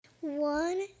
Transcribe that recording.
one